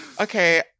okay